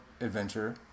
Adventure